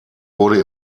wurde